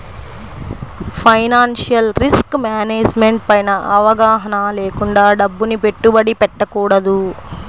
financial risk management పైన అవగాహన లేకుండా డబ్బుని పెట్టుబడి పెట్టకూడదు